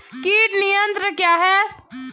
कीट नियंत्रण क्या है?